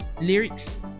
lyrics